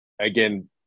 Again